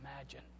imagine